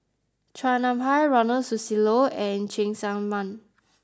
Chua Nam Hai Ronald Susilo and Cheng Tsang Man